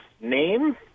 name